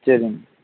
சரிங்க